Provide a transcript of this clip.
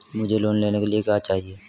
मुझे लोन लेने के लिए क्या चाहिए?